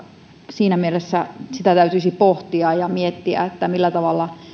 siinä mielessä sitä täytyisi pohtia ja miettiä millä tavalla